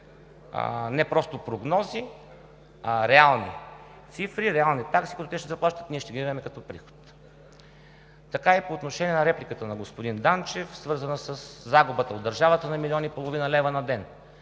не просто прогнози, а реални цифри, реални такси, които те ще заплащат, а ние ще ги имаме като приход. Така е и по отношение на репликата на господин Данчев, свързана със загубата от държавата на милион и половина лева на ден.